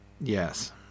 Yes